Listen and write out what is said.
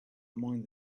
among